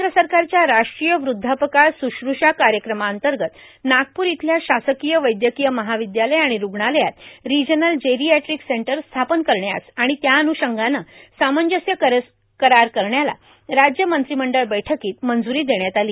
केंद्र सरकारच्या राष्ट्रीय वृद्धापकाळ शुश्रूषा कार्यक्रमांतर्गत नागपूर इथल्या शासकीय वैद्यकीय महाविद्यालय आणि रुग्णालयात रिजनल जिरॅएट्रिक सेंटर स्थापन करण्यास आणि त्याअन्रषंगानं सामंजस्य करार करण्याला राज्य मंत्रिमंडळ बैठकीत मंजुरी देण्यात आली